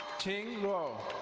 ting wo.